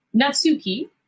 Natsuki